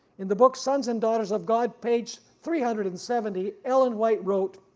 in the book sons and daughters of god page three hundred and seventy ellen white wrote.